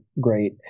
great